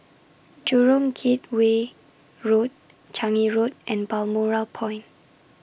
Jurong Gateway Road Changi Road and Balmoral Point